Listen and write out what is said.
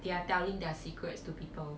they are telling their secrets to people